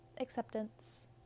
acceptance